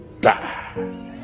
die